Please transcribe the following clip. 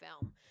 film